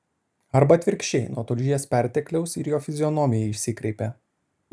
arba atvirkščiai nuo tulžies pertekliaus ir jo fizionomija išsikreipė